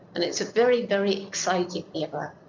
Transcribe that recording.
and it's a very, very exciting era.